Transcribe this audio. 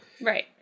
Right